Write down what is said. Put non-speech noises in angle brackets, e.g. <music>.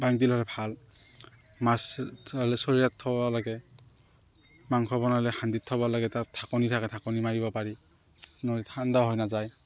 বাল্টিং হ'লে ভাল মাছ থলে চৰিয়াত থব লাগে মাংস বনালে সান্দিত থব লাগে তাত ঢাকনি থাকে ঢাকনি মাৰিব পাৰি <unintelligible> ঠাণ্ডা হৈ নাযায়